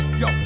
yo